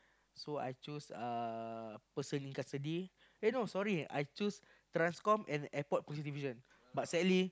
so I choose uh Person-Custody eh no sorry I choose transcomm and Airport-Police-Division but sadly